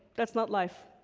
that's not life.